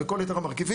בכל יתר המרכיבים.